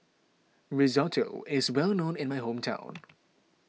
Risotto is well known in my hometown